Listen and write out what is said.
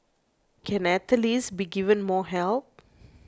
can athletes be given more help